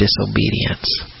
disobedience